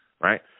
right